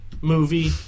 movie